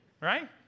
right